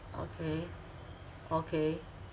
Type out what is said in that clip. okay okay